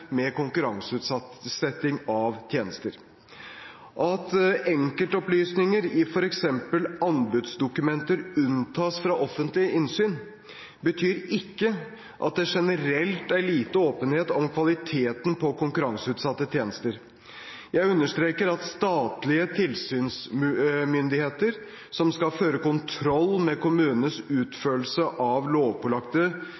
med konkurranseutsetting av tjenester. At enkeltopplysninger i f.eks. anbudsdokumenter unntas fra offentlig innsyn, betyr ikke at det generelt er lite åpenhet om kvaliteten på konkurranseutsatte tjenester. Jeg understreker at statlige tilsynsmyndigheter, som skal føre kontroll med kommunenes